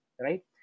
right